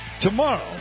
tomorrow